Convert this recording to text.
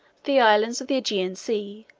the islands of the aegean sea,